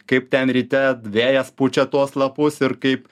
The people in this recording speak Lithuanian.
kaip ten ryte vėjas pučia tuos lapus ir kaip